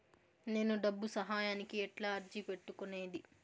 నేను డబ్బు సహాయానికి ఎట్లా అర్జీ పెట్టుకునేది?